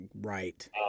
Right